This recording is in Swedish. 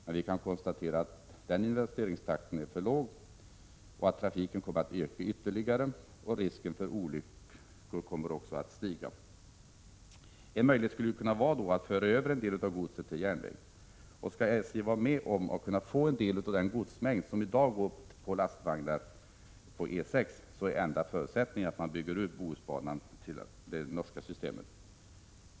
Men vi kan konstatera att investeringstakten är för låg. Trafiken kommer att öka ytterligare, och risken för olyckor kommer också att stiga. En möjlighet skulle då kunna vara att föra över en del av godset till järnväg. Men skall SJ kunna få del av den godsmängd som i dag går på lastvagnar på E 6 är enda förutsättningen att bygga ut Bohusbanan till det norska systemet.